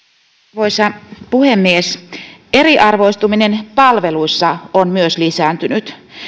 arvoisa puhemies myös eriarvoistuminen palveluissa on lisääntynyt